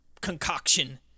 concoction